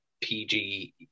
PG